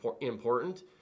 important